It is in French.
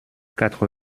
quatre